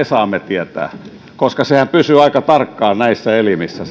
saamme tietää koska se tietohan pysyy aika tarkkaan näissä elimissä